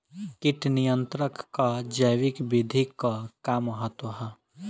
कीट नियंत्रण क जैविक विधि क का महत्व ह?